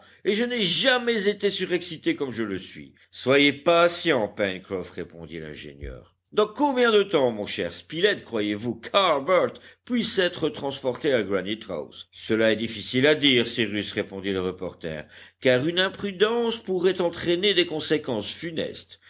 et je n'ai jamais été surexcité comme je le suis soyez patient pencroff répondit l'ingénieur dans combien de temps mon cher spilett croyez-vous qu'harbert puisse être transporté à granite house cela est difficile à dire cyrus répondit le reporter car une imprudence pourrait entraîner des conséquences funestes